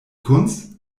kunst